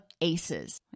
ACEs